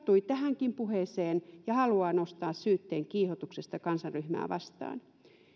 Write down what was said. tarttui tähänkin puheeseen ja haluaa nostaa syytteen kiihotuksesta kansanryhmää vastaan